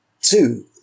two